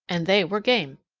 and they were game.